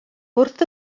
wrth